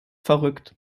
verrückt